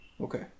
Okay